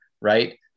right